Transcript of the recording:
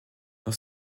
dans